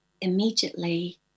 immediately